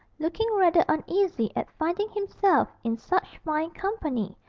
looking rather uneasy at finding himself in such fine company,